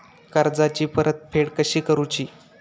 कर्जाची परतफेड कशी करुची?